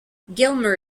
gilmer